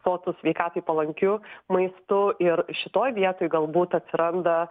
sotus sveikatai palankiu maistu ir šitoj vietoj galbūt atsiranda